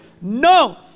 No